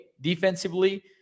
defensively